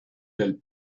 del